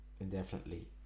indefinitely